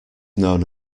known